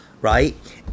right